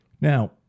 now